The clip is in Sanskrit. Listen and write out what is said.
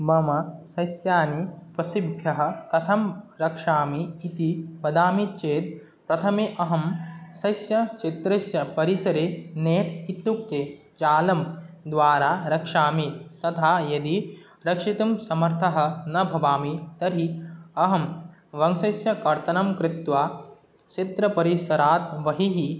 मम सस्यानि पशुभ्यः कथं रक्षामि इति वदामि चेत् प्रथमे अहं सस्यक्षेत्रस्य परिसरे ने इत्युक्ते जालं द्वारा रक्षामि तथा यदि रक्षितुं समर्थः न भवामि तर्हि अहं वंशस्य कर्तनं कृत्वा क्षेत्रपरिसरात् बहिः